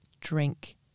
drink